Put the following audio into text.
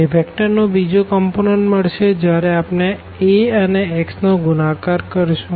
એ vector નો બીજો component મળશે જયારે આપણે આ A અને xનો ગુણાકાર કરશું